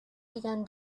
began